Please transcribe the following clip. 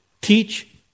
Teach